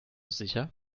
sicher